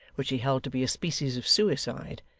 which he held to be a species of suicide,